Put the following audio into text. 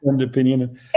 opinion